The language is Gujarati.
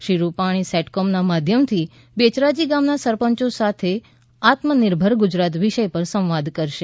શ્રી રૂપાણી સેટકોમના માધ્યમથી બેચરાજી ગામના સરપંચ સાથે આત્મનિર્ભર ગુજરાત વિષય ઉપર સંવાદ કરશે